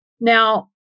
Now